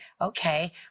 okay